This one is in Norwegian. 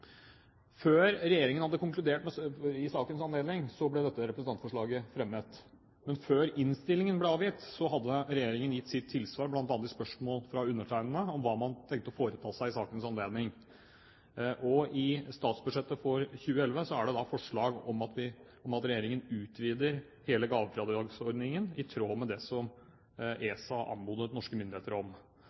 Før regjeringen hadde konkludert i sakens anledning, ble dette representantforslaget fremmet. Men før innstillingen ble avgitt, hadde regjeringen gitt sitt tilsvar, bl.a. på spørsmål fra undertegnede om hva man tenkte å foreta seg i sakens anledning. Og i statsbudsjettet for 2011 er det da forslag om at regjeringen utvider hele gavefradragsordningen i tråd med det som ESA anmodet norske myndigheter om.